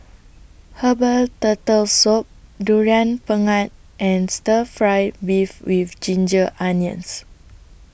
Herbal Turtle Soup Durian Pengat and Stir Fry Beef with Ginger Onions